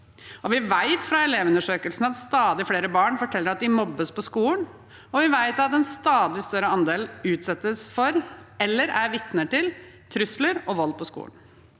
Vi vet fra Elevundersøkelsen at stadig flere barn forteller at de mobbes på skolen, og vi vet at en stadig større andel utsettes for eller er vitne til trusler og vold på skolen.